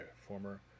former